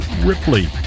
Ripley